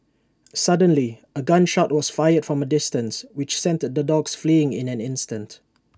suddenly A gun shot was fired from A distance which sent the dogs fleeing in an instant